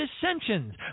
dissensions